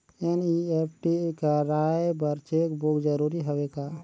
NEFT कराय बर cheque book जरूरी हवय का?